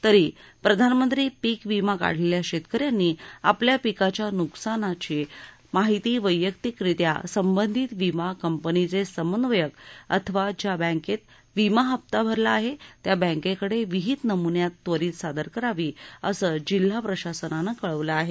तरी प्रधानमंत्री पीक विमा काढलेल्या शेतकऱ्यांनी आपल्या पिकाच्या नुकसानाची माहिती वैयक्तिकरित्या संबंधित विमा कंपनीचे समन्वयक अथवा ज्या बँकेत विमा हप्ता भरला आहे त्या बँकेकडे विहित नमुन्यात त्वरीत सादर करावी असं जिल्हा प्रशासनानं कळविल आहे